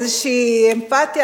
איזו אמפתיה,